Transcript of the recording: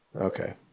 Okay